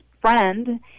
friend